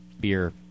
beer